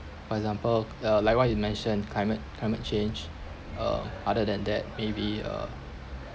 for example uh like what you mentioned climate climate change uh other than that maybe uh